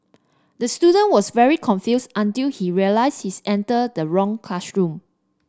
the student was very confused until he realise his entered the wrong classroom